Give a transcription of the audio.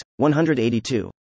182